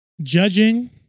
judging